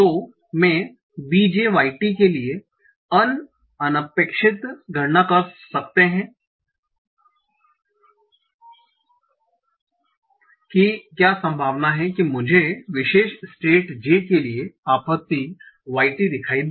तो मैं b j y t के लिए अनपेक्षित गणना कर सकते हैं की क्या संभावना है कि मुझे विशेष state j के लिए आपत्ति y t दिखाई दे